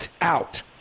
out